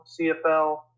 CFL